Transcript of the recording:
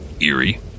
eerie